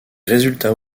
résultats